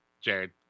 Jared